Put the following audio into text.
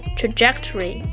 trajectory